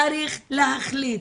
צריך להחליט,